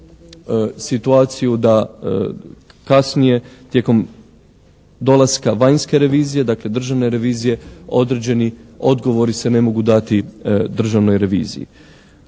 situaciju da kasnije tijekom dolaska vanjske revizije dakle državne revizije određeni odgovori se ne mogu dati državnoj reviziji.